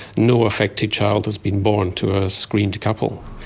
no affected child has been born to a screened couple.